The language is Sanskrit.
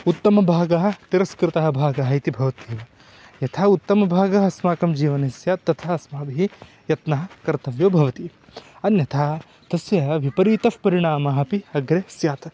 उत्तमभागः तिरस्कृतः भागः इति भवति यथा उत्तमभागः अस्माकं जीवने स्यात् तथा अस्माभिः यत्नः कर्तव्यो भवति अन्यथा तस्य विपरीतः परिणामः अपि अग्रे स्यात्